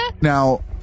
now